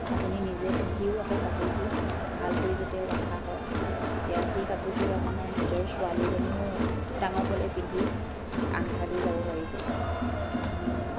আপুনি নিজে পিন্ধিও আকৌ কাপোৰযোৰ ভালকৈ যাতে ৰখা হয় তেতিয়া সেই কাপোৰযোৰ আপোনাৰ নিজৰ ছোৱালীজনীও ডাঙৰ হ'লে পিন্ধি আন ঠাইলৈ যাব পাৰিব